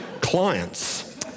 clients